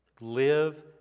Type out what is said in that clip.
live